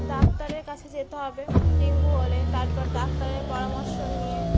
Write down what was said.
ডাক্তারের কাছে যেতে হবে ডেঙ্গু হলে তারপর ডাক্তারের পরামর্শ নিয়ে